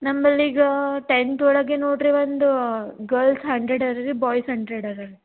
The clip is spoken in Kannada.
ನಮ್ಮಲ್ಲಿ ಈಗಾ ಟೆಂತ್ ಒಳಗೆ ನೋಡ್ರಿ ಒಂದೂ ಗಲ್ಸ್ ಹಂಡ್ರೆಡ್ ಅದಾರ್ ರೀ ಬಾಯ್ಸ್ ಹಂಡ್ರೆಡ್ ಅದಾರ್ ರೀ